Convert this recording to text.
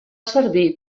servir